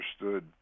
understood